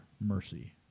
mercy